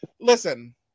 listen